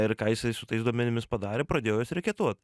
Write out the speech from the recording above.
ir ką jisai su tais duomenimis padarė pradėjo juos reketuot